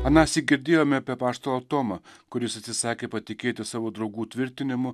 anąsyk girdėjome apie apaštalą tomą kuris atsisakė patikėti savo draugų tvirtinimu